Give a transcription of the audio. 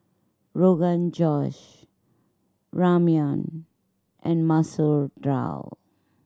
Rogan Josh Ramyeon and Masoor Dal